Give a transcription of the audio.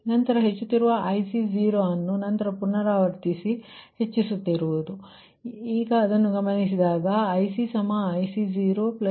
ನಂತರ ಹೆಚ್ಚುತ್ತಿರುವ IC0 ಅನ್ನು ನಂತರ ಪುನಾರಾವರ್ತಿತವಾಗಿ ಹೆಚ್ಚಿಸುತ್ತೀರಿ ನಾವು ಅದನ್ನು ಗಮನಿಸೋಣ